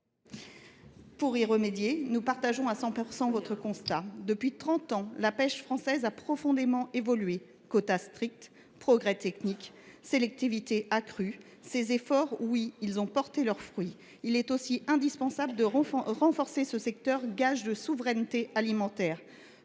pour y remédier. Nous partageons votre constat à 100 %. Depuis trente ans, la pêche française a profondément évolué : quotas stricts, progrès techniques, sélectivité accrue. Oui, ces efforts ont porté leurs fruits ! Il est aussi indispensable de renforcer ce secteur, gage de notre souveraineté alimentaire.